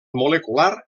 molecular